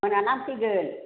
मोनानानै फैगोन